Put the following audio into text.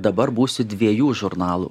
dabar būsiu dviejų žurnalų